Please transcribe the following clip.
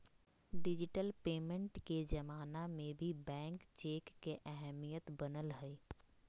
digital payment के जमाना में भी बैंक चेक के अहमियत बनल हइ